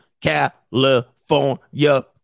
California